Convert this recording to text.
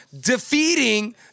defeating